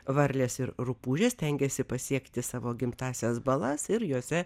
varlės ir rupūžės stengiasi pasiekti savo gimtąsias balas ir jose